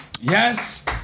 Yes